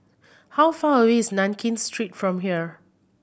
how far away is Nankin Street from here